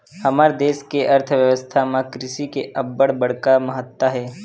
हमर देस के अर्थबेवस्था म कृषि के अब्बड़ बड़का महत्ता हे